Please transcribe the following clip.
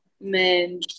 men